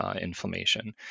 inflammation